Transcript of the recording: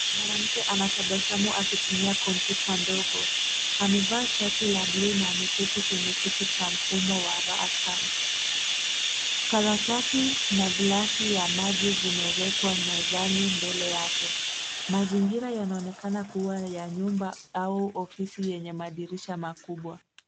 Mwanamke anatabasamu akitumia kompyuta ndogo amevaa shati la bluu na ameketi kwenye kiti chenye mfumo wa raha tan. Karatasi na glesi ya maji zimewekwa mezani mbele yake. Mazingira yanaonekana kuwa ya nyumba au ofisi yenye madirisha makubwa.